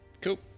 Cool